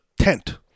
tent